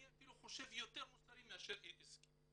אני אפילו חושב שיותר מוסרי מאשר עסקי.